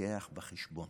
מביא בחשבון